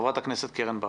חברת הכנסת קרן ברק,